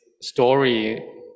story